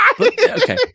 Okay